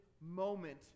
moment